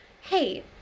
hey